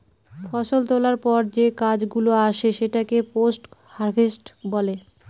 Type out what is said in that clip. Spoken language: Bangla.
ফষল তোলার পর যে কাজ গুলো আসে সেটাকে পোস্ট হারভেস্ট বলে